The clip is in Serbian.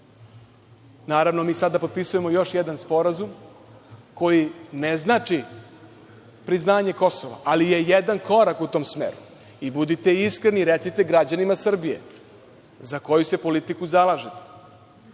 Prištini. Naravno, mi sada potpisujemo još jedan sporazum koji ne znači priznanje Kosova, ali je jedan korak u tom smeru. Budite iskreni i recite građanima Srbije za koju se politiku zalažete.